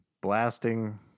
blasting